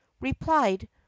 replied